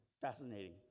fascinating